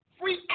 free